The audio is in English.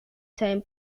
time